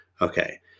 Okay